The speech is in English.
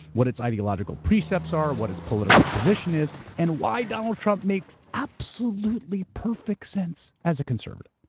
what its ideological precepts are, what its political position is, and why donald trump makes absolutely perfect sense as a conservative.